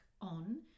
on